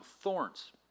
thorns